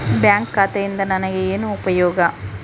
Bank ಖಾತೆಯಿಂದ ನನಗೆ ಏನು ಉಪಯೋಗ?